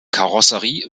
karosserie